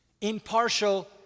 impartial